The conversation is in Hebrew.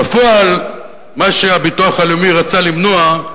בפועל, מה שהביטוח הלאומי רצה למנוע,